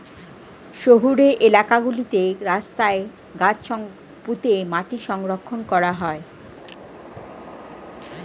শহুরে এলাকা গুলোতে রাস্তায় গাছ পুঁতে মাটি সংরক্ষণ করা হয়